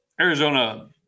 Arizona